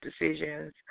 decisions